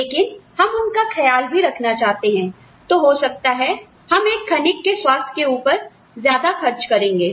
लेकिन हम उनका ख्याल भी रखना चाहते हैं तो हो सकता है हम एक खनिक के स्वास्थ्य के ऊपर ज्यादा खर्च करेंगे